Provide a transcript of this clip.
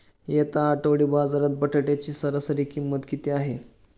येत्या आठवडी बाजारात बटाट्याची सरासरी किंमत किती आहे?